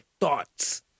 thoughts